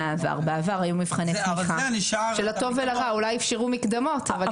בעבר היו מבחני תמיכה שלטוב ולרע אולי אפשרו מקדמות.